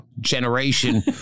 generation